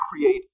create